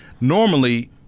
Normally